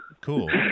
Cool